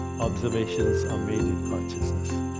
observations are made in consciousness.